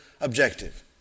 objective